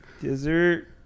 Dessert